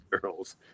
girls